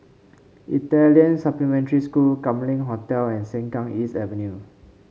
Italian Supplementary School Kam Leng Hotel and Sengkang East Avenue